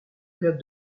club